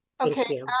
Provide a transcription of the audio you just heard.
Okay